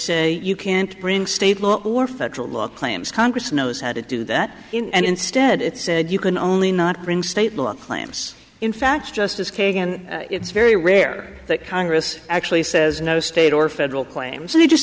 say you can't bring state law or federal law claims congress knows how to do that and instead it said you can only not bring state law claims in fact justice kagan it's very rare that congress actually says no state or federal claim so they just